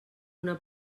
una